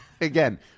again